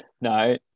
No